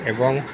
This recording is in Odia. ଏବଂ